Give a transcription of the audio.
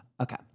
Okay